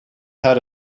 had